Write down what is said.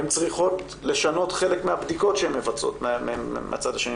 הן צריכות לשנות חלק מהבדיקות שהן מבצעות מהצד השני.